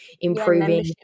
improving